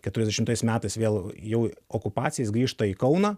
keturiasdešimtais metais vėl jau okupacija jis grįžta į kauną